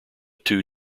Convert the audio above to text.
two